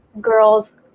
girls